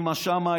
אימא שם,